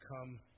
come